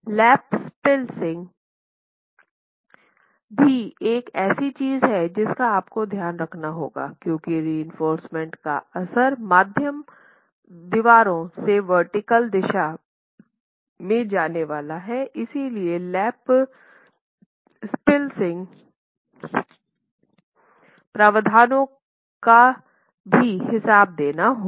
lap splicing भी एक ऐसी चीज है जिसका आपको ध्यान रखना होगा क्योंकि रेफोर्सेमेंट का असर माध्यम दीवारों से वर्टीकल दिशा में जाने वाला है इसलिएलैप स्प्लिसिंग प्रावधानों का भी हिसाब देना होगा